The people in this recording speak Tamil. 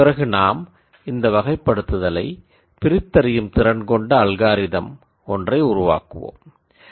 பிறகு நாம் இந்த கிளாஸ்ஸிஃபிகேஷனை பிரித்தறியும் திறன்கொண்ட அல்காரிதம் ஒன்றை உருவாக்குவோம்